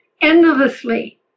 endlessly